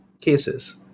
cases